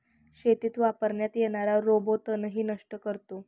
शेतीत वापरण्यात येणारा रोबो तणही नष्ट करतो